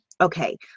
Okay